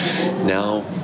Now